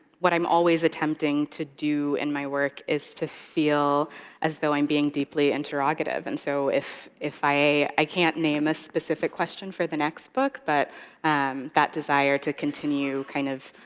what i'm always attempting to do in my work is to feel as though i'm being deeply interrogative. and so if, i i can't name a specific question for the next book, but that desire to continue kind of